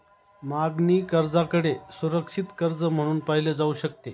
मागणी कर्जाकडे सुरक्षित कर्ज म्हणून पाहिले जाऊ शकते